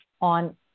on